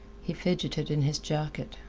he fidgeted in his jacket.